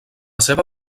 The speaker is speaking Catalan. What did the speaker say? seva